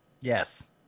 Yes